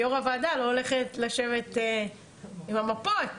כיו"ר הוועדה לא הולכת לשבת עם המפות,